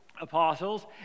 apostles